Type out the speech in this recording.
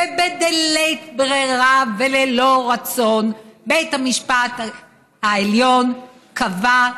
ובלית ברירה וללא רצון בית המשפט העליון קבע,